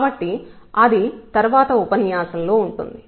కాబట్టి అది తర్వాత ఉపన్యాసంలో ఉంటుంది